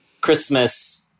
Christmas